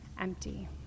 empty